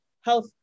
health